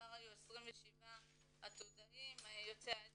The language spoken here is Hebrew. בעבר היו 27 עתודאים יוצאי העדה,